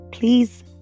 Please